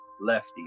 Lefty